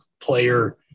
player